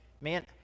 man